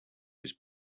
was